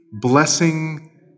blessing